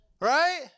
Right